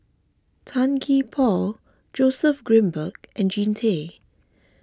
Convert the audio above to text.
Tan Gee Paw Joseph Grimberg and Jean Tay